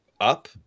Up